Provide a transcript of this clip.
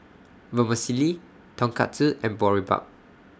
Vermicelli Tonkatsu and Boribap